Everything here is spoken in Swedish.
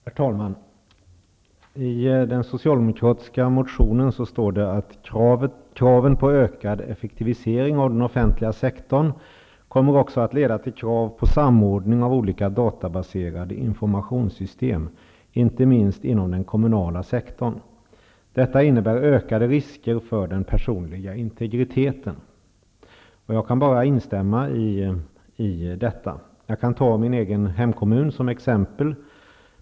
Herr talman! I den socialdemokratiska motionen står det:''Kraven på ökad effektivisering av den offentliga sektorn kommer också att leda till krav på samordning av olika databaserade informationssystem, inte minst inom den kommunala sektorn.'' Detta innebär ökade risker för den personliga integriteten. Jag kan bara instämma i detta. Jag kan ta min egen hemkommun som exempel.